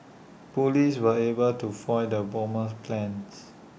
Police were able to foil the bomber's plans